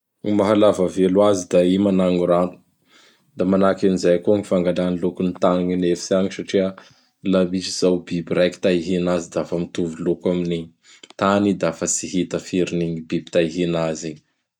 Gny mahalava velo azy da i manango rano. Da manahaky an'izay koa ny fangalany gny lokon'ny tagny anefitsy agny satria laha misy izao biby raiky ta hihina azy da fa mitovy loko amin'ny tany i dafa tsy hitafiry an'igny biby ta hihina az igny.